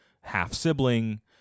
half-sibling